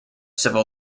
civil